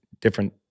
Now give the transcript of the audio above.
different